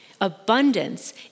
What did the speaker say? Abundance